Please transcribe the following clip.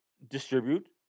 Distribute